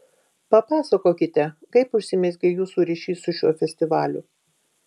papasakokite kaip užsimezgė jūsų ryšys su šiuo festivaliu